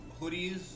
hoodies